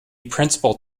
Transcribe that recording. principal